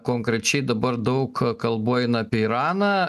konkrečiai dabar daug kalbų eina apie iraną